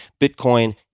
Bitcoin